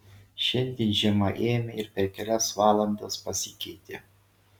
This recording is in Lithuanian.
šiandien žiema ėmė ir per kelias valandas pasikeitė